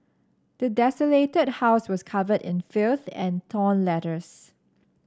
the desolated house was covered in filth and torn letters